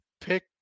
pick